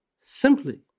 simply